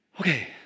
Okay